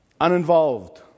uninvolved